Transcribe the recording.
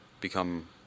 become